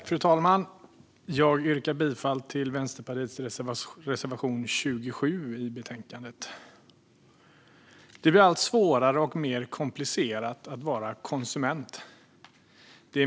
Fru talman! Jag yrkar bifall till Vänsterpartiets reservation 27 i betänkandet. Det blir allt svårare och mer komplicerat att vara konsument.